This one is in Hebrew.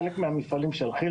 בחלק מהמפעלים של כי"ל,